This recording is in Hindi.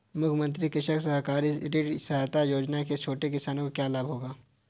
मुख्यमंत्री कृषक सहकारी ऋण सहायता योजना से छोटे किसानों को क्या लाभ होगा?